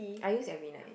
I use every night